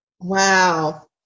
Wow